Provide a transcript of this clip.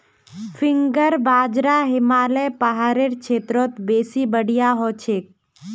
finger बाजरा हिमालय पहाड़ेर क्षेत्रत बेसी बढ़िया हछेक